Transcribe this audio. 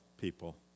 people